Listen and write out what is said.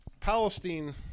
Palestine